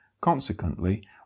Consequently